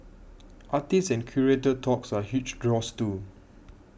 artist and curator talks are huge draws too